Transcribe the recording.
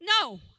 No